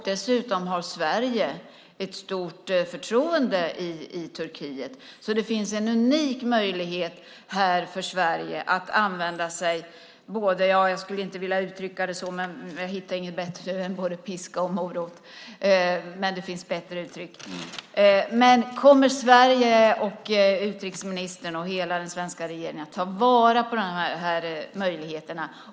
Dessutom har Sverige ett stort förtroende i Turkiet. Så det finns en unik möjlighet här för Sverige att använda sig av - jag skulle inte vilja uttrycka det så, men jag hittar inget bättre uttryck just nu - både piska och morot. Kommer Sverige, utrikesministern och hela den svenska regeringen att ta vara på de här möjligheterna?